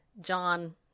John